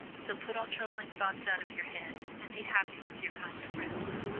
so put all troubling thoughts out of your head and be happy with your kind friends.